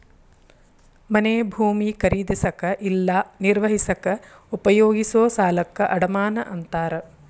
ಮನೆ ಭೂಮಿ ಖರೇದಿಸಕ ಇಲ್ಲಾ ನಿರ್ವಹಿಸಕ ಉಪಯೋಗಿಸೊ ಸಾಲಕ್ಕ ಅಡಮಾನ ಅಂತಾರ